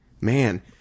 Man